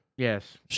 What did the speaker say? Yes